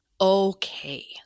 Okay